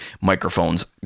microphones